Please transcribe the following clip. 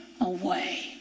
away